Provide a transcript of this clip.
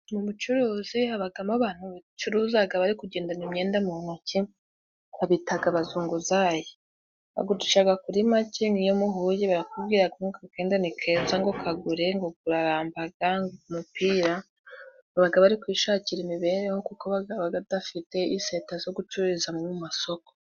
Mu bucuruzi habagamo abantu bacuruzaga bari kugendana imyenda mu ntoki, kubitaga abazunguzayi bagurishaga kuri make n'iyo muhuye bakubwiraga ako kenda ni keza ngo kagure, ngo gurarambaga umupira, babaga bari kwishakira imibereho kuko babaga badafite iseta zo gucururizamo mu masoko.